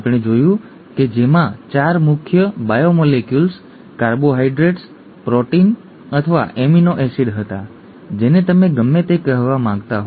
અમે જોયું કે તેમાં 4 મુખ્ય બાયોમોલેક્યુલ્સ કાર્બોહાઇડ્રેટ્સ પ્રોટીન અથવા એમિનો એસિડ્સ હતા જેને તમે ગમે તે કહેવા માંગતા હો